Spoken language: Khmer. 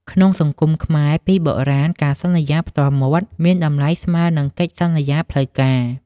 ក្នុងសង្គមខ្មែរពីបុរាណ ការសន្យាផ្ទាល់មាត់មានតម្លៃស្មើនឹងកិច្ចសន្យាផ្លូវការ។